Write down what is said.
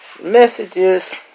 messages